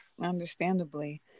Understandably